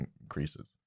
increases